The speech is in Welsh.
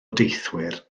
deithwyr